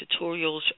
tutorials